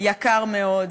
יקר מאוד.